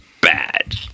bad